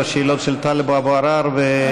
לשאלות של טלב אבו עראר ועאידה תומא סלימאן?